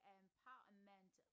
empowerment